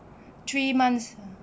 three months